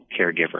caregiver